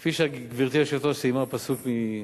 כפי שגברתי היושבת-ראש סיימה פסוק, תהילים,